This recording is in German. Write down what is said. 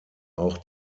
auch